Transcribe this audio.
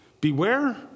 Beware